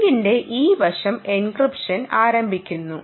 ലിങ്കിന്റെ ഈ വശം എൻക്രിപ്ഷൻ ആരംഭിക്കുന്നു